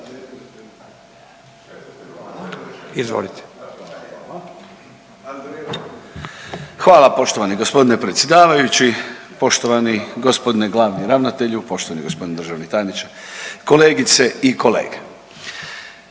Hvala poštovani gospodine predsjedavajući. Poštovani gospodine glavni ravnatelju, poštovani gospodine državni tajniče, kolegice i kolege,